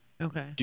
Okay